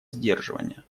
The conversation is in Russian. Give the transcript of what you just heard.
сдерживания